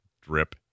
drip